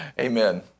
Amen